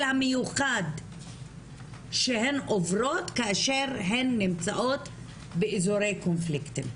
המיוחד שהן עוברות כאשר הן נמצאות באזורי קונפליקטים.